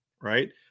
right